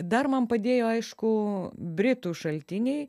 dar man padėjo aišku britų šaltiniai